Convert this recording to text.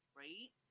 right